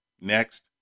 next